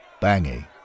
Bangy